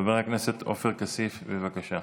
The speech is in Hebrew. חבר הכנסת עופר כסיף, בבקשה.